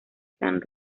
san